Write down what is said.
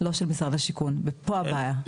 לא של משרד השיכון ופה הבעיה.